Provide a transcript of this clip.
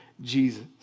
Jesus